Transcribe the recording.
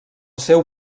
seu